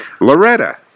Loretta